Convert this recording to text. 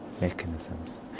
mechanisms